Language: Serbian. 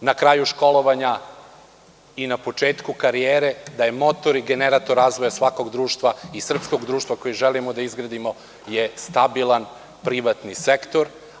na kraju školovanja i na početku karijere, da je moto i generator razvoja svakog društva, i srpskog društva koji želimo da izgradimo – stabilan privatni sektor.